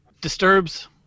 Disturbs